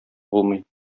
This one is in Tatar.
булмый